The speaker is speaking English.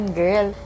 girl